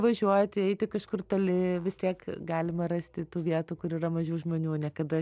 važiuoti eiti kažkur toli vis tiek galima rasti tų vietų kur yra mažiau žmonių niekada